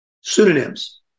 pseudonyms